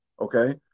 okay